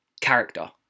character